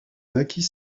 naquit